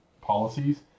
policies